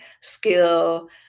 skill